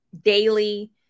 daily